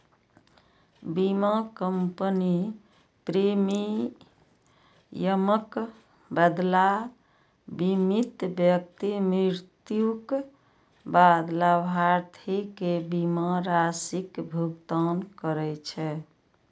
बीमा कंपनी प्रीमियमक बदला बीमित व्यक्ति मृत्युक बाद लाभार्थी कें बीमा राशिक भुगतान करै छै